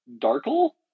darkle